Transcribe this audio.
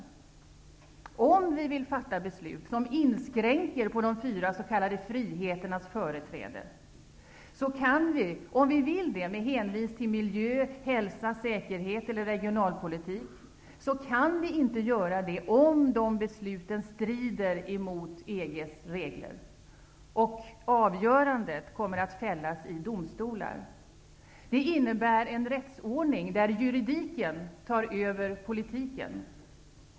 Vi i riksdagen kan inte fatta beslut som inskränker på de fyra s.k. friheternas företräden med hänsyn till miljö, hälsa, säkerhet eller regionalpolitik, om de strider mot EG:s regler. Avgörandet kommer att fällas i domstolar. Det här innebär en rättsordning där juridiken tar över politiken.